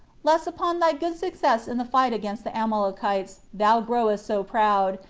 lest upon thy good success in the fight against the amalekites thou growest so proud,